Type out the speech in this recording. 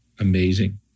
Amazing